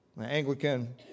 Anglican